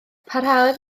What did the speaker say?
parhaodd